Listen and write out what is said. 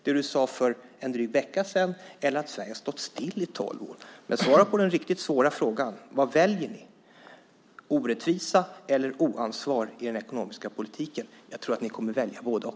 Det du sade för en dryg vecka sedan, eller att Sverige har stått still i tolv år? Men svara på den riktigt svåra frågan: Vad väljer ni, orättvisa eller oansvar i den ekonomiska politiken? Jag tror att ni kommer att välja både-och.